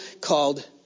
called